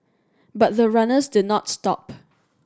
but the runners did not stop